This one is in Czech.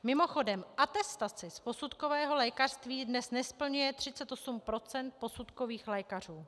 Mimochodem, atestace z posudkového lékařství dnes nesplňuje 38 % posudkových lékařů.